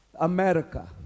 America